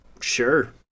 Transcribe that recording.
Sure